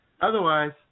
Otherwise